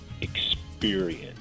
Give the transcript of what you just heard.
experience